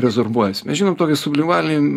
rezorbuojasi mes žinom tokį sublimalin